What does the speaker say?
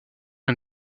est